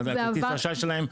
כרטיס האשראי שלהם,